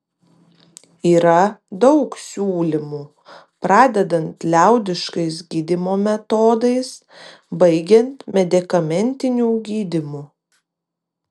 yra daug siūlymų pradedant liaudiškais gydymo metodais baigiant medikamentiniu gydymu